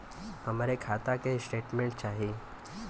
हमरे खाता के स्टेटमेंट चाही?